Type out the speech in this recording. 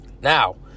Now